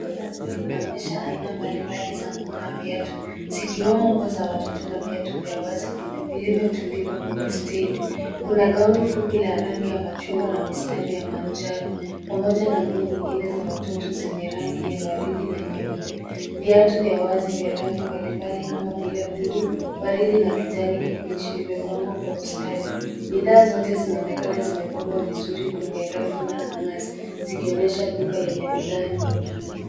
Duka la nguo linaonyesha aina mbalimbali za nguo na viatu, zikiwemo nguo za watoto na viatu vya wazi na vilivyo tundikwa kwenye stendi. Kuna gauni fupi la rangi ya machungwa na mistari ya manjano, pamoja na nguo nyingine za watoto zenye rangi ya waridi na nyeupe. Viatu vya wazi vya rangi mbalimbali kama vile buluu, waridi na kijani kibichi vimepangwa kwa ustadi. Bidhaa zote zinaonekana zimepangwa vizuri kwenye rafu na hangers zikionyesha duka lenye bidhaa nyingi.